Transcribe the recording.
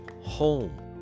home